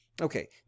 Okay